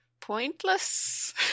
pointless